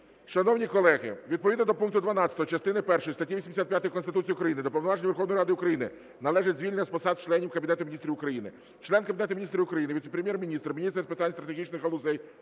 Шановні колеги, відповідно до пункту 12 частини першої статті 85 Конституції України до повноважень Верховної Ради України належить звільнення з посад членів Кабінету Міністрів України. Член Кабінету Міністрів України, Віце-прем'єр-міністр – Міністр з питань стратегічних галузей